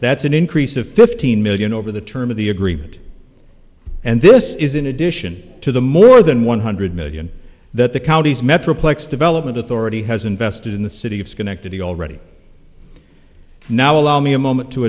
that's an increase of fifteen million over the term of the agreement and this is in addition to the more than one hundred million that the county's metroplex development authority has invested in the city of schenectady already now allow me a moment to